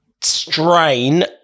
strain